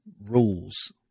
rules